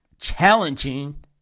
challenging